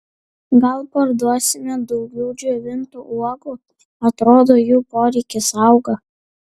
gal parduosime daugiau džiovintų uogų atrodo jų poreikis auga